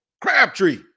Crabtree